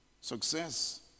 Success